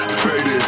faded